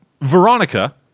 Veronica